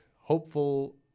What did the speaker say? hopeful